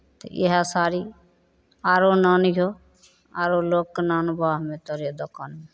तऽ इएह साड़ी आरो आनिहो आरो लोक क नानबा हम्मे तोरे दोकान में